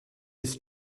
his